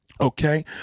Okay